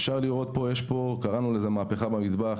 אפשר לראות בשקף הבא את מה שקראנו לו "מהפכה במטבח".